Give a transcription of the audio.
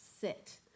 sit